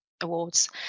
Awards